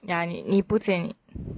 ya 你你不见